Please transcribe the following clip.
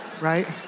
right